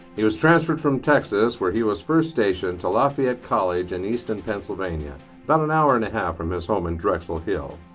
he was transferred from texas where he was first stationed to lafayette college in eastern pennsylvania about an hour and a half from his home in drexel hill.